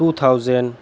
two thousand